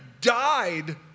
died